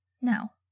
Now